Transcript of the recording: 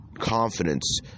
confidence